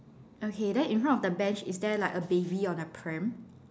okay then in front of the bench is there like a baby on a pram